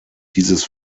dieses